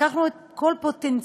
לקחנו את כל הפוטנציאל,